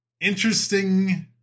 interesting